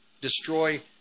Destroy